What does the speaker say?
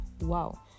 Wow